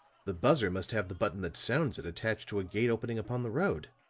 the buzzer must have the button that sounds it attached to a gate opening upon the road,